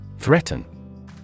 Threaten